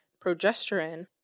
progesterone